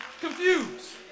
confused